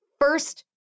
First